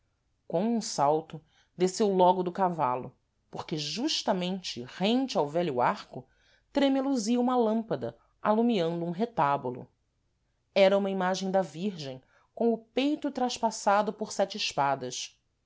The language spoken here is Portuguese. com um salto desceu logo do cavalo porque justamente rente ao vélho arco tremeluzia uma lâmpada alumiando um retábulo era uma imagem da virgem com o peito traspassado por sete espadas